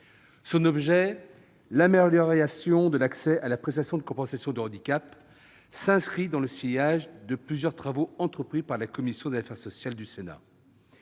Son objet- l'amélioration de l'accès à la prestation de compensation du handicap -s'inscrit dans le sillage de plusieurs travaux entrepris par la commission des affaires sociales du Sénat.